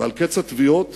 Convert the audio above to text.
ועל קץ התביעות,